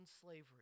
slavery